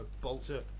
bolter